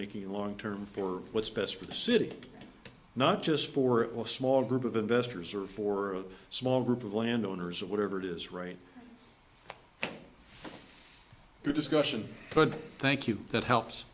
making and long term for what's best for the city not just for a small group of investors or for a small group of land owners or whatever it is right good discussion but thank you that helps